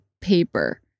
paper